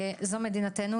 זו מדינתנו.